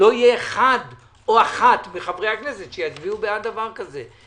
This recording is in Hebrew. לא יהיה אחד או אחת מחברי הכנסת שיצביע בעד דבר כזה.